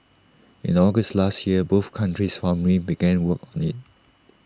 in August last year both countries formally began work on IT